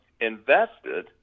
invested